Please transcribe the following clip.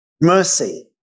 mercy